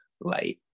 light